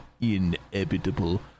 inevitable